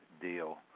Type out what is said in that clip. deal